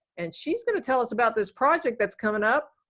and she's going to tell us about this project that's coming up.